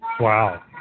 Wow